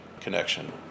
connection